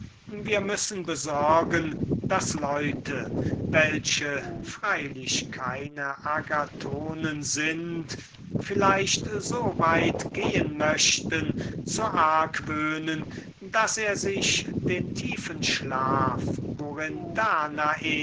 wir müssen vielmehr besorgen daß leute welche nichts dafür können daß sie keine agathons sind vielleicht so weit gehen möchten ihn im verdacht zu haben daß er sich den tiefen schlaf worin danae